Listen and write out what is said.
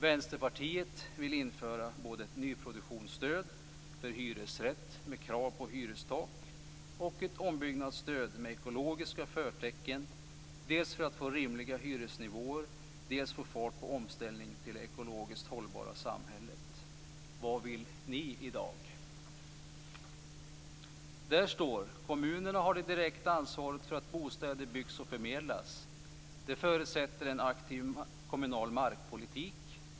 Vänsterpartiet vill införa både ett nyproduktionsstöd för hyresrätt med krav på hyrestak och ett ombyggnadsstöd med ekologiska förtecken, dels för att få rimliga hyresnivåer, dels för att få fart på omställningen till det ekologiskt hållbara samhället. Vad vill ni i dag? Det heter också: Kommunerna har det direkta ansvaret för att bostäder byggs och förmedlas. Det förutsätter en aktiv kommunal markpolitik.